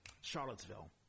Charlottesville